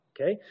Okay